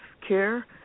Care